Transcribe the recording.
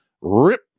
Rip